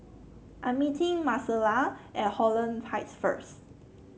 I'm meeting Marcella at Holland Heights first